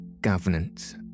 governance